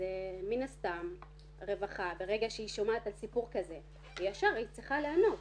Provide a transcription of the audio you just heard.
מן הסתם רווחה ברגע שהיא שומעת על סיפור כזה היא צריכה ישר לענות.